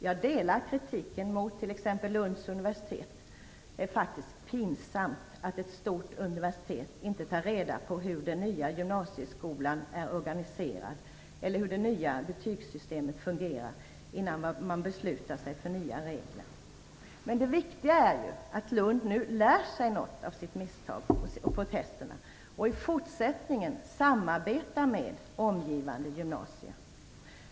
Jag delar kritiken mot t.ex. Lunds universitet. Det är faktiskt pinsamt att ett stort universitet inte tar reda på hur den nya gymnsieskolan är organiserad eller hur det nya betygssystemet fungerar innan man beslutar sig för nya regler. Men det viktiga är ju att man i Lund nu lär sig något av sitt misstag och av protesterna och i fortsättningen samarbetar med omgivande gymnasier.